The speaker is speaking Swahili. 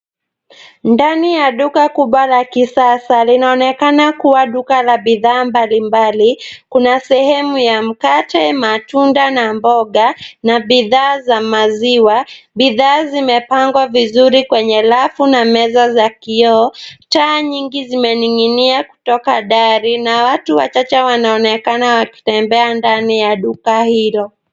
Ndani ya duka kubwa la kisasa linaonekana kuwa duka la bidhaa mbalimbali, kuna sehemu ya mkate, matunda na mboga na bidhaa za maziwa. bidhaa zimepangwa vizuri kwenye rafu na meza za kioo. Taa nyingi zimening'inia kutoka dari na watu wachache wanaonekana wakitembea ndani ya duka hilo.